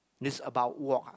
this about work